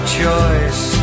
choice